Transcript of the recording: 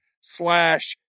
slash